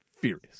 Furious